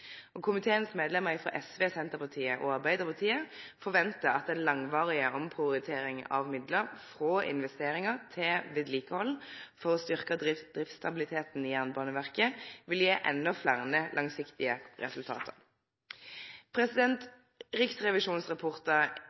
Komiteens medlemmar frå SV, Senterpartiet og Arbeidarpartiet forventar at den langvarige omprioriteringa av midlar frå investeringar til vedlikehald for å styrkje driftsstabiliteten i Jernbaneverket vil gje endå fleire langsiktige resultat.